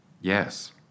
Yes